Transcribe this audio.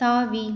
தாவி